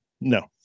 No